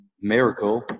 miracle